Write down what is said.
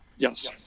Yes